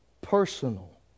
personal